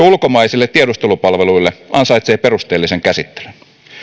ulkomaisille tiedustelupalveluille ansaitsee perusteellisen käsittelyn